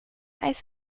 eis